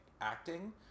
acting